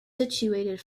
situated